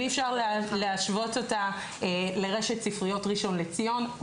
ואי אפשר להשוות אותה לרשת ספריות ראשון לציון,